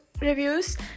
reviews